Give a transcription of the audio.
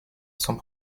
sont